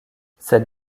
cette